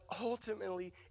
ultimately